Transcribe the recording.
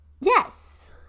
yes